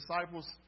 disciples